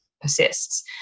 persists